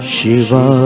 Shiva